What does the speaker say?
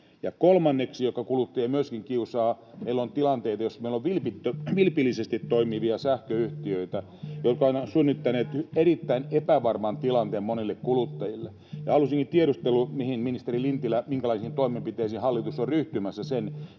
kolmanneksi kuluttajia myöskin kiusaa, että meillä on vilpillisesti toimivia sähköyhtiöitä, jotka ovat synnyttäneet erittäin epävarman tilanteen monille kuluttajille. Haluaisinkin tiedustella, ministeri Lintilä, minkälaisiin toimenpiteisiin hallitus on ryhtymässä siinä,